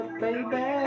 baby